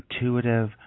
intuitive